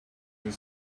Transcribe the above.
will